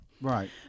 Right